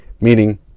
meaning